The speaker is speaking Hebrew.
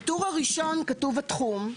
בטור הראשון כתוב התחום.